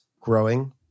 growing